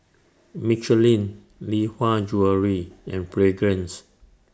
Michelin Lee Hwa Jewellery and Fragrance